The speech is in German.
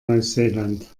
neuseeland